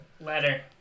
Letter